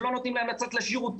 שלא נותנים להם לצאת לשירותים,